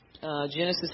Genesis